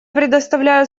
предоставляю